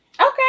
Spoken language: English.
Okay